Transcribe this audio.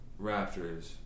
Raptors